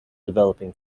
developing